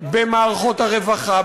במערכות הרווחה,